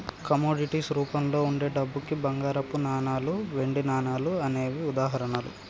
commodities రూపంలో వుండే డబ్బుకి బంగారపు నాణాలు, వెండి నాణాలు అనేవే ఉదాహరణలు